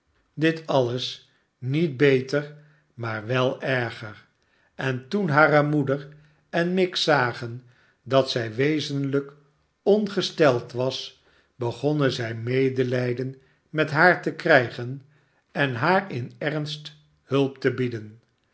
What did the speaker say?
dit alles niet beter maar welerger en toen hare moeder en miggs zagen dat zij wezenlijk ongesteld was begonnen zij medelijden met haar te krijgen en haar in ernst hulp te bieden